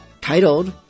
titled